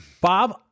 Bob